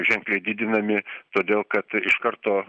ženkliai didinami todėl kad iš karto